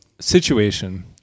situation